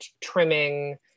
trimming